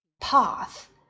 Path